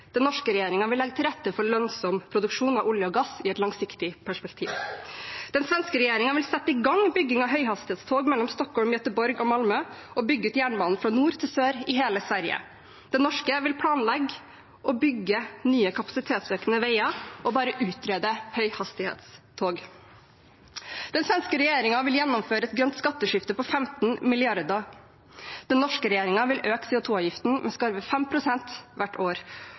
Den norske regjeringen vil legge til rette for lønnsom produksjon av olje og gass i et langsiktig perspektiv. Den svenske regjeringen vil sette i gang bygging av høyhastighetstog mellom Stockholm, Göteborg og Malmø og bygge ut jernbanen fra nord til sør i hele Sverige. Den norske vil planlegge og bygge nye kapasitetsøkende veier og bare utrede høyhastighetstog. Den svenske regjeringen vil gjennomføre et grønt skatteskifte på 15 mrd. kr. Den norske regjeringen vil øke CO2-avgiften med skarve 5 pst. hvert år.